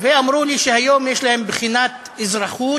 ואמרו לי שהיום יש להם בחינה באזרחות